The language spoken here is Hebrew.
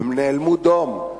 הם נאלמו דום.